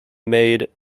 made